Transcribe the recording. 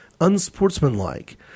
unsportsmanlike